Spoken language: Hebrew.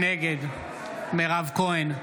נגד מירב כהן,